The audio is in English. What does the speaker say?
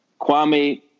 Kwame